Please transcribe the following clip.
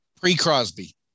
Pre-Crosby